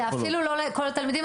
זה אפילו לא לכל התלמידים,